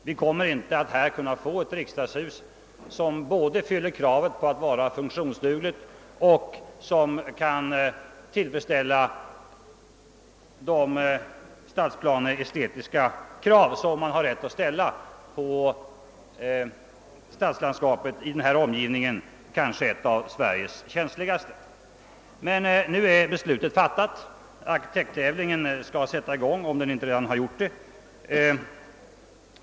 Vi kommer inte att här kunna få ett riksdagshus som både fyller kravet på att vara funktionsdugligt och tillfredsställer de stadsplaneestetiska krav man har rätt att ställa på stadslandskapet i denna omgivning — kanske ett av Sveriges känsligaste. Men nu är beslutet fattat. Arkitekttävlingen skall sätta i gång, om den inte redan gjort det.